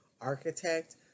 architect